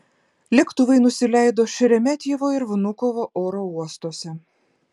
lėktuvai nusileido šeremetjevo ir vnukovo oro uostuose